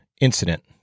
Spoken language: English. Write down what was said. incident